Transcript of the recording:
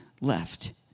left